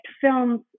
films